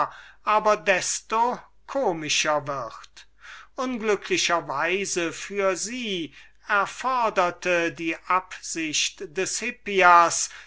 aber desto komischer wird unglücklicher weise für sie erforderte die absicht des hippias